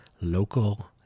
local